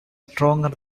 stronger